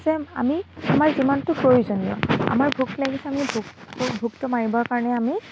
যে আমি আমাৰ যিমানটো প্ৰয়োজনীয় আমাৰ ভোক লাগিছে আমি ভোকটো ভোকটো মাৰিবৰ কাৰণে আমি